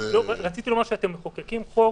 רציתי לומר שאתם מחוקקים חוק